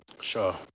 Sure